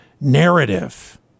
narrative